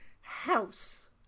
House